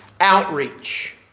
outreach